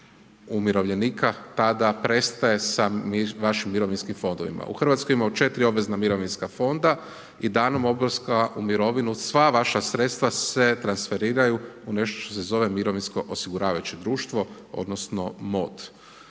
tada prestaje sa vašim mirovinskim fondovima. U Hrvatskoj imamo 4 obvezna mirovinska fonda i danom odlaska u mirovinu sva vaša sredstva se transferiraju u nešto što se zove mirovinsko osiguravajuće društvo, odnosno MOD.